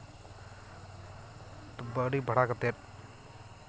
ᱛᱚ ᱜᱟᱹᱰᱤ ᱵᱷᱟᱲᱟ ᱠᱟᱛᱮ